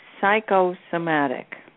psychosomatic